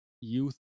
youth